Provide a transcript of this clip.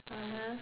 (uh huh)